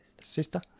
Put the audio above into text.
sister